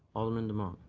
alderman demong?